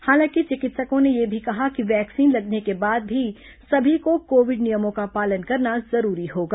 हालांकि चिकित्सकों ने यह भी कहा कि वैक्सीन लगने के बाद भी सभी को कोविड नियमों का पालन करना जरूरी होगा